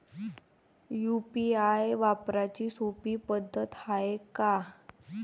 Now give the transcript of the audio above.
UPI वापराची सोपी पद्धत हाय का?